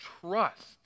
trust